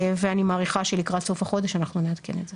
אני מעריכה שלקראת סוף החודש אנחנו נעדכן את זה.